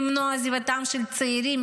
למנוע את עזיבתם של צעירים,